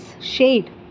shade